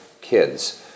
kids